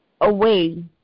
away